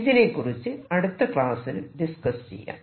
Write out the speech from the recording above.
ഇതിനെകുറിച്ച് അടുത്ത ക്ലാസ്സിൽ ഡിസ്കസ് ചെയ്യാം